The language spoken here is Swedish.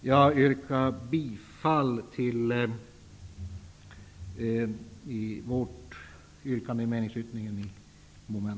Jag yrkar bifall till mom. 3 i vårt yrkande i meningsyttringen.